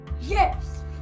Yes